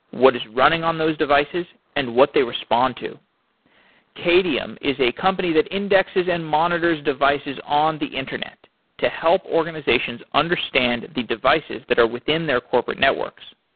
what is running on those devices and what they respond to qadium is a company that indexes and monitors devices on the internet to help organizations understand the devices that are within their corporate networks.